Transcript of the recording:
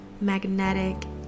magnetic